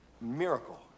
miracle